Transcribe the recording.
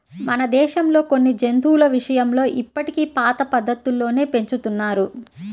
మన దేశంలో కొన్ని జంతువుల విషయంలో ఇప్పటికీ పాత పద్ధతుల్లోనే పెంచుతున్నారు